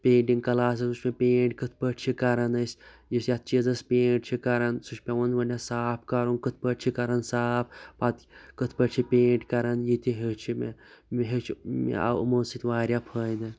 painting classes منٛز وُچھ مےٚ پینٛٹ کِتھٕ پٲٹھۍ چھِ کَران أسۍ یُس یَتھ چیٖزَس پینٛٹ چھُ کَران سُہ چھُ پیٚوان گۄڈنیٚتھ صاف کَرُن کِتھٕ پٲٹھۍ چھُ کَرُن صاف پَتہٕ کِتھٕ پٲٹھۍ چھُ پینٛٹ کَرُن یِتہٕ ہیوٚچھ مےٚ مےٚ ہیٚوچھ مےٚ آو یِمو سٍتۍ واریاہ فٲیدٕ